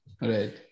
Right